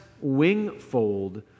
Wingfold